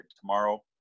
tomorrow